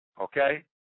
Okay